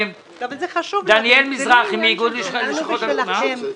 דניאל מזרחי מאיגוד לשכות המסחר.